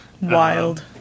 Wild